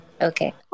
Okay